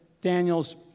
Daniel's